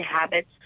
habits